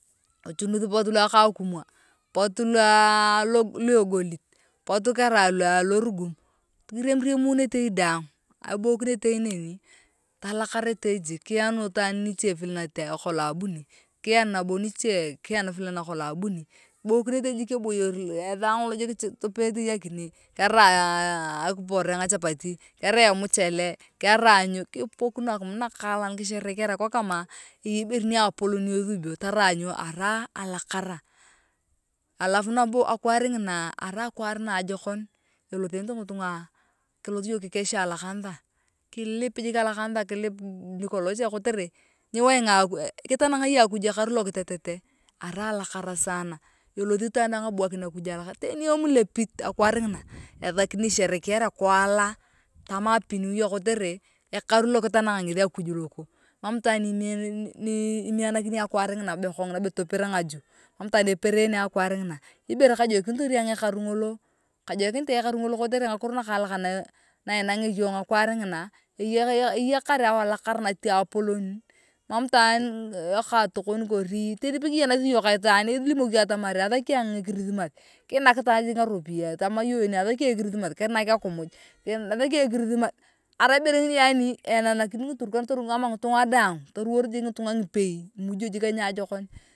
Tochununoth pot ulua kakuma pot ulua egolit potu karai lua atorugum kiriamriam notoi daang kiboikeneti neni talakaretei daang kianuu itaan niche vile nakolong abuni kiyanu nabo nicho vile nakolong abuni kiboikenetei jik eboyor etha ngolo jik topeyetei akine kerai akiporeee ngachapatikerai emuchele kerai iyoza kipookinoe akimuj nakalan kisherekarai kikook kama eyei iere niapolon ni ethubio tarai nyo arai alakara alafu nabo akwaar ngina avai akwaar naajokon elothenete ngitunga tolot yong kikesha alokanisa kilip jik a lokanisa kilip jik nikolocha kotere nyiwainga kitanang yong. Akuj ekaru lokitet elothi itwaan daang abuakini akuj alakara teni emulepit akwaar ngina ethaki ni esherekeherea kuala tama happy new year kotere ekaru lokitaneng akuj loko mam itwaan ni imanakini akwaar ngina kongina be toper ngajo mam itwaan eperene akwaar ngina ibere kajokainitor ayong ekaru ngolo kajoikinit ayong jik ekaru ngolo kotere ngakiro nakalaak na inangea yong akwaar ngina eyakar eyakar alakara natiapolon mam itwaan lokatokon kori teni pekiyenathi iyong ka itwaan ilimoki iyong itwaan atamar athaki ayong christmas kiinak jik itwaan iyong ngaropiae tama yon gen athaki christman kiinak akimuj athaki e christmas arai ibere ngini taraut jik ngitunga ngipei imujio jik aniajokon.